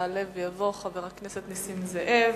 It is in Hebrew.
יעלה ויבוא חבר הכנסת נסים זאב,